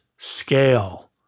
scale